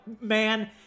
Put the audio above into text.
man